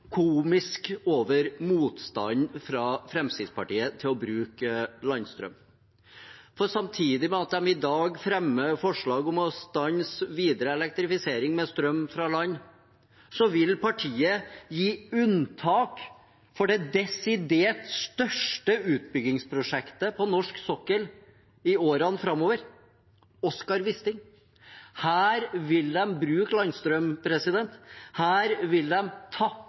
komisk over motstanden fra Fremskrittspartiet til å bruke landstrøm, for samtidig med at de i dag fremmer forslag om å stanse videre elektrifisering med strøm fra land, vil partiet gi unntak for det desidert største utbyggingsprosjektet på norsk sokkel i årene framover, Oscar Wisting. Her vil de bruke landstrøm, her